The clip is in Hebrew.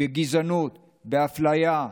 בגזענות, באפליה,